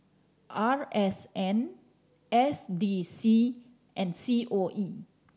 R S N S D C and C O E